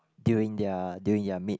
during their during their mid